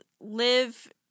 live